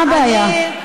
מה הבעיה?